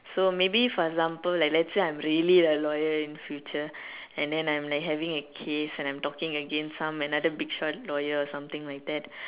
so maybe for example like let's say I'm really a lawyer in the future and then I'm like having a case and I'm talking against some another big shot lawyer or something like that